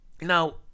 Now